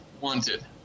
wanted